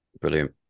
Brilliant